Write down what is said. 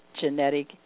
genetic